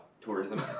tourism